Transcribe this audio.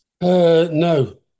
No